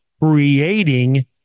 creating